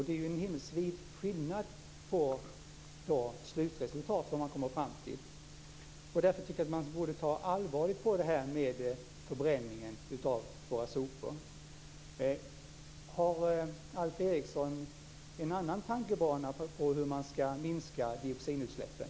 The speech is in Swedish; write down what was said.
Det är ju en himmelsvid skillnad i slutresultat. Därför tycker jag att man borde se allvarligt på frågan om förbränningen av våra sopor. Har Alf Eriksson en annan tankebana när det gäller hur man ska minska dioxinutsläppen?